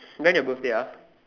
when your birthday ah